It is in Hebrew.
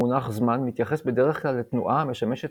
המונח 'זמן' מתייחס בדרך כלל לתנועה המשמשת